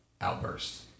outbursts